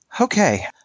Okay